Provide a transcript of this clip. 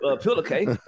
pillowcase